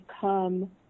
come